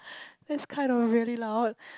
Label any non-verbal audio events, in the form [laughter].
[breath] that's kind of really loud